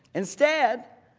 instead,